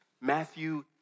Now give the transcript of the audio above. Matthew